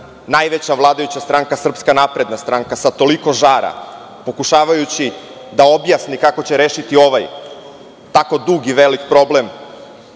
najveća vladajuća stranka, Srpska napredna stranka, sa toliko žara, pokušavajući da objasni kako će rešiti ovaj tako dug i veliki problem,